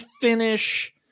finish